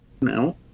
No